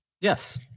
Yes